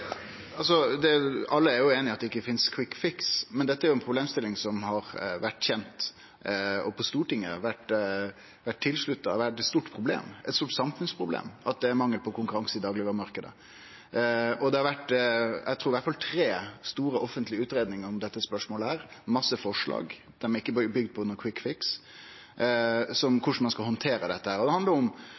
Alle er jo einige om at det ikkje finst nokon kvikkfiks, men dette er ei problemstilling som har vore kjent, og som Stortinget har gitt tilslutning til at har vore eit stort problem. Det er eit stort samfunnsproblem at det er mangel på konkurranse i daglegvaremarkanden. Eg trur det har vore i alle fall tre store offentlege utgreiingar om dette spørsmålet og ein masse forslag – dei er ikkje bygde på nokon kvikkfiks – om korleis ein skal handtere dette. Det handlar om